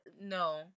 No